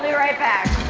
yeah right back.